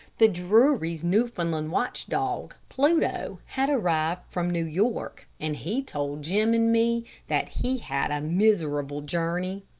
the drurys' newfoundland watch-dog, pluto, had arrived from new york, and he told jim and me that he had a miserable journey.